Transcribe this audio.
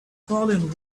fallen